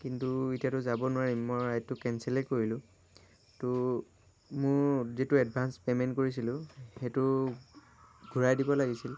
কিন্তু এতিয়াতো যাব নোৱাৰিম মই ৰাইডটো কেনচেলেই কৰিলোঁ তো মোৰ যিটো এডভাঞ্চ পে'মেণ্ট কৰিছিলোঁ সেইটো ঘূৰাই দিব লাগিছিল